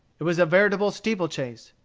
it was a veritable steeple-chase.